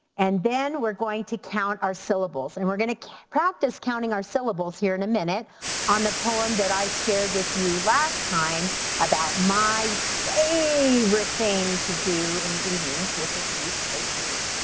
and then we're going to count our syllables. and we're gonna prompt us counting our syllables here in a minute on the poem that i shared with you last time about my favorite thing to do in the evenings which is eat ice cream.